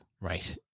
right